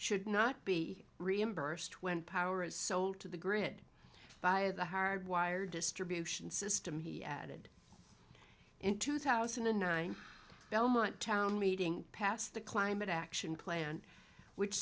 should not be reimbursed when power is sold to the grid via the hard wired distribution system he added in two thousand and nine belmont town meeting passed the climate action plan which